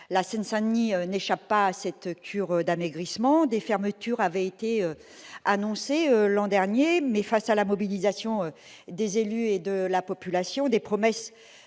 La Seine-Saint-Denis n'échappe pas à cette cure d'amaigrissement. Des fermetures avaient été annoncées l'an dernier, mais, devant la mobilisation des élus et de la population, des promesses